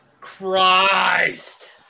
Christ